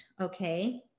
okay